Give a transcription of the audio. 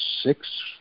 six